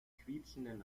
quietschenden